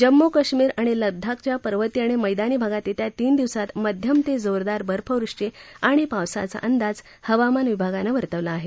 जम्मू कश्मीर आणि लद्दाखच्या पर्वतीय आणि मैदानी भागात येत्या तीन दिवसात मध्यम ते जोरदार बर्फवृष्टी आणि पावसाचा अंदाज हवामान विभागानं वर्तवला आहे